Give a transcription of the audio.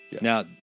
Now